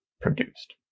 produced